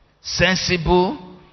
sensible